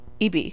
EB